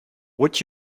would